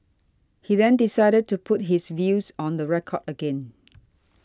he then decided to put his views on the record again